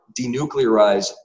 denuclearize